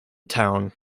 town